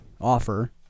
Offer